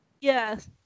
Yes